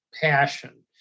passion